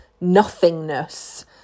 nothingness